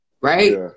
right